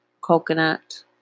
coconut